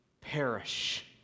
perish